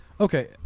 okay